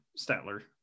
Statler